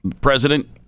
President